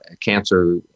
cancer